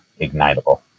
ignitable